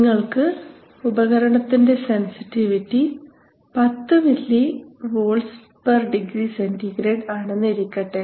നിങ്ങൾക്ക് ഉപകരണത്തിന്റെ sensitivity 10 millivolts per degree centigrade ആണെന്ന് ഇരിക്കട്ടെ